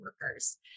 workers